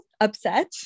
upset